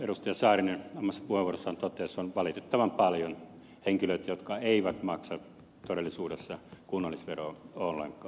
saarinen omassa puheenvuorossaan totesi on valitettavan paljon henkilöitä jotka eivät maksa todellisuudessa kunnallisveroa ollenkaan